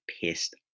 pissed